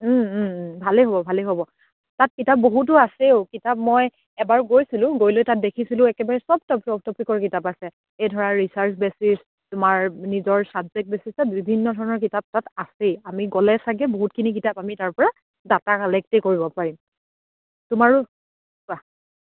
ভালেই হ'ব ভালেই হ'ব তাত কিতাপ বহুতো আছেও কিতাপ মই এবাৰ গৈছিলোঁ গৈ লৈ তাত দেখিছিলোঁ একেবাৰে চব ট টপিকৰ কিতাপ আছে এই ধৰা ৰিছাৰ্চ বেছিছ তোমাৰ নিজৰ ছাবজেক্ট বেছিছত বিভিন্ন ধৰণৰ কিতাপ তাত আছেই আমি গ'লে ছাগে বহুতখিনি কিতাপ আমি তাৰপা ডাটা কালেক্টেই কৰিব পাৰিম তোমাৰো কোৱা